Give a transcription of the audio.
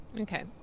Okay